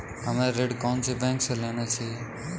हमें ऋण कौन सी बैंक से लेना चाहिए?